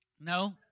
No